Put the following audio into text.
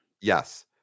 Yes